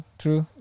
true